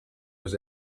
was